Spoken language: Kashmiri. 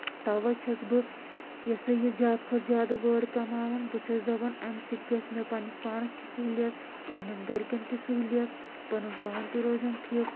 تَؤے چھیٚس بہٕ یہِ ہسا یہِ زیادٕ کھۄتہٕ زیادٕ وٲر کَماوان بہٕ چھیٚس دَپان اَمہِ سۭتۍ گژھہِ مےٚ پَننِس پانَس تہِ سہوٗلیت پَننیٚن گھرِکیٚن تہِ سہوٗلیت پنُن پان تہِ روزیٚم فِٹ